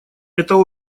это